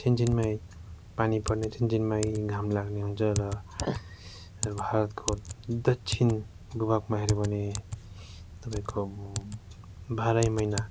छिनछिनमै पानी पर्ने छिनछिनमै घाम लाग्ने हुन्छ र भारतको दक्षिण भूभागमा हेऱ्यो भने तपाईँको बाह्रै महिना